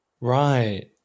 Right